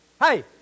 Hey